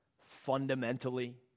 fundamentally